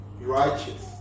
righteous